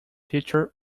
future